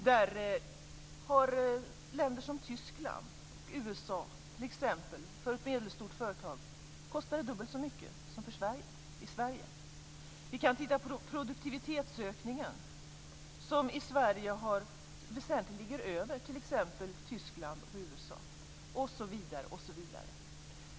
För ett medelstort företag i Tyskland eller USA kostar elen dubbelt så mycket som i Sverige. Vi kan titta på produktivitetsökningen som i Sverige ligger väsentligt högre än i Tyskland och USA.